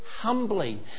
humbly